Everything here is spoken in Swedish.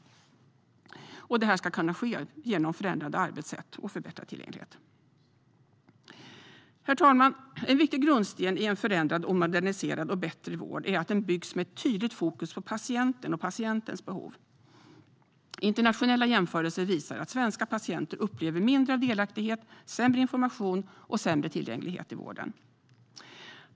Det ska kunna ske genom förändrade arbetssätt och förbättrad tillgänglighet. Herr talman! En viktig grundsten i en förändrad, moderniserad och bättre vård är att den byggs med tydligt fokus på patienten och patientens behov. Internationella jämförelser visar att svenska patienter upplever mindre delaktighet, sämre information och sämre tillgänglighet i vården.